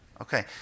Okay